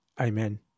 Amen